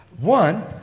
One